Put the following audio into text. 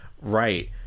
Right